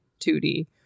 2D